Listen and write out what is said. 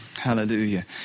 Hallelujah